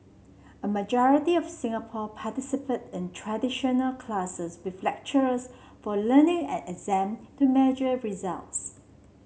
a majority of Singapore participate in traditional classes with lectures for learning and exam to measure every results